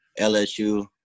LSU